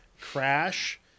Crash